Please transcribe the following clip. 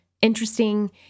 interesting